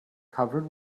covered